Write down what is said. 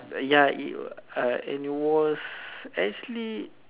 ya it uh and it was actually